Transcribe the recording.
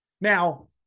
Now